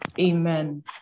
amen